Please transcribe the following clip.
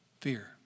Fear